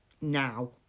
Now